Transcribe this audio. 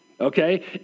Okay